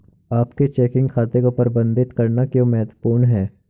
अपने चेकिंग खाते को प्रबंधित करना क्यों महत्वपूर्ण है?